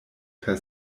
per